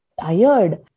tired